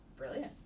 brilliant